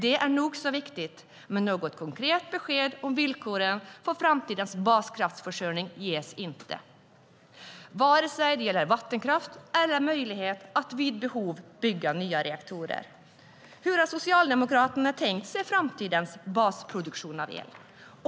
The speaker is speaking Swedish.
Det är nog så viktigt, men något konkret besked om villkoren för framtidens baskraftsförsörjning ges inte vare sig när det gäller vattenkraften eller möjligheten att vid behov bygga nya reaktorer. Hur har Socialdemokraterna tänkt sig framtidens basproduktion av el?